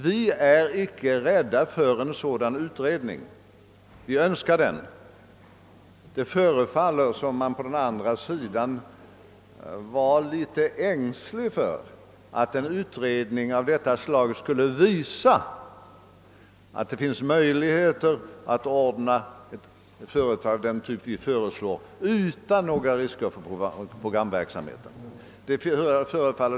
Vi är icke rädda för en utredning. Vi önskar den. Det förefaller som om man på den andra sidan vore ängslig för att en utredning av det slaget skulle visa att det finns möjligheter att — utan några risker för programverksamheten — bygga upp ett företag av den typ vi föreslår.